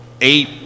eight